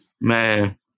Man